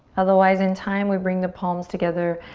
otherwise in time we bring the palms together.